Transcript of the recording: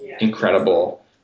incredible